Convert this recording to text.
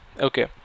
Okay